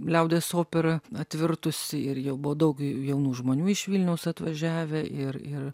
liaudies opera atvirtusi ir jau buvo daug jaunų žmonių iš vilniaus atvažiavę ir ir